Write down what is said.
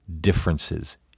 differences